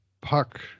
puck